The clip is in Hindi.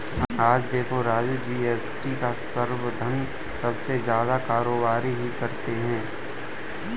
आज देखो राजू जी.एस.टी का समर्थन सबसे ज्यादा कारोबारी ही करते हैं